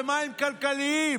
במים כלכליים,